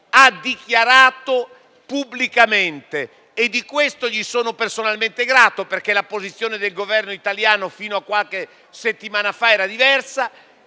ha dichiarato pubblicamente - di questo gli sono personalmente grato, perché la posizione del Governo italiano fino a qualche settimana fa era diversa